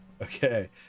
Okay